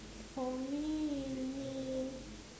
for me